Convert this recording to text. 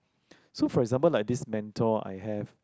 so for example like this mentor I have